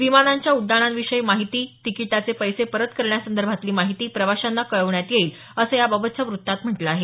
विमानांच्या उड्डाणांविषयी माहिती तिकीटाचे पैसे परत करण्यासंर्भातली माहिती प्रवाशांना कळवण्यात येईल असं याबाबतच्या व्रत्तात म्हटलं आहे